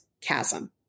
chasm